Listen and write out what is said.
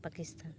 Pakistan